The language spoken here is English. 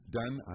done